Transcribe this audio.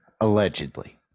Allegedly